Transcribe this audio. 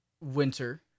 winter